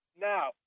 now